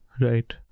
right